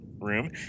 room